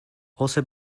also